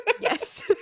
yes